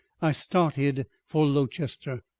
i started for lowchester.